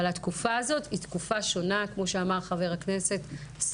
אבל התקופה הזו היא תקופה שונה כמו שאמר ח"כ סגלוביץ'.